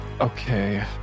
okay